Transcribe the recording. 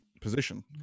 position